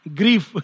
grief